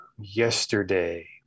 Yesterday